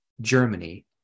Germany